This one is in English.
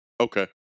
Okay